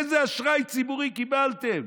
איזה אשראי ציבורי קיבלתם,